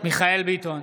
מיכאל מרדכי ביטון,